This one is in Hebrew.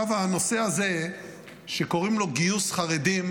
עכשיו, הנושא הזה שקוראים לו גיוס חרדים,